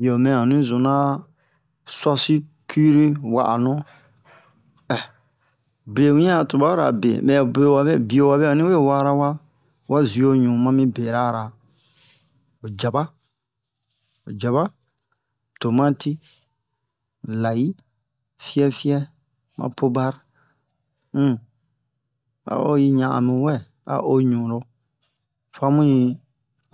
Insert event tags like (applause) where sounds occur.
bio mɛ onni zuna sosi kiri wa'anu (hesitation) bio wian a tubara be mɛ be wabe bio wabe ani we wara wa wa zioɲu ma mi bera ra ho jaba ho jaba tomati layi fiɛfiɛ ma pobar um a'o ɲa'a mu wɛ a o ɲuro fa mu yi